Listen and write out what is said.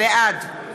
בעד